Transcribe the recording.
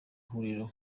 huriro